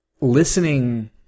listening